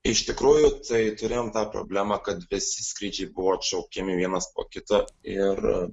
iš tikrųjų tai turėjom tą problemą kad visi skrydžiai buvo atšaukiami vienas po kito ir